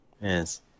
Yes